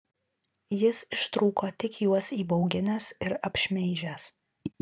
jis ištrūko tik juos įbauginęs ir apšmeižęs